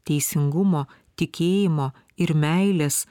teisingumo tikėjimo ir meilės